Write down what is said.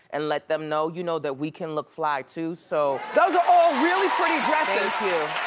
and let them know you know that we can look fly too. so those are all really pretty dresses. thank you.